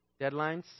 Deadlines